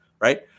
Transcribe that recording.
right